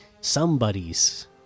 somebody's